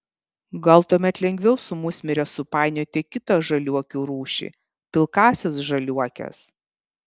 gal tuomet lengviau su musmire supainioti kitą žaliuokių rūšį pilkąsias žaliuokes